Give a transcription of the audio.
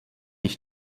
již